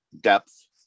depth